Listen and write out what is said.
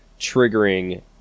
triggering